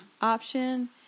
option